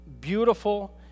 beautiful